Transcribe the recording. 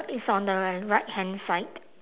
it's on the ri~ right hand side